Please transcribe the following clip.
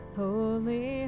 holy